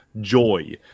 joy